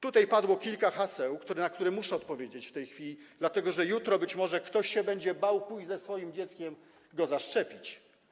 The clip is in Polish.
Tutaj padło kilka haseł, pytań, na które muszę odpowiedzieć w tej chwili, dlatego że jutro być może ktoś się będzie bał pójść ze swoim dzieckiem, żeby je zaszczepić.